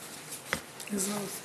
תודה,